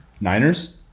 Niners